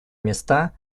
места